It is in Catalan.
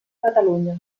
catalunya